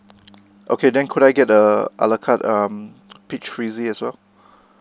okay then could I get the ala carte um peach fizzy as well